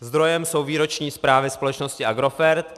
Zdrojem jsou výroční zprávy společnosti Agrofert.